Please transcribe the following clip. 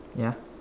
ya